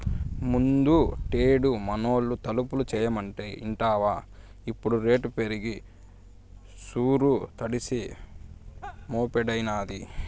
ముందుటేడు మనూళ్లో తలుపులు చేయమంటే ఇంటివా ఇప్పుడు రేటు పెరిగి సూరు తడిసి మోపెడైనాది